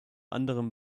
anderem